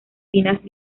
finas